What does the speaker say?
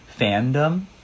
fandom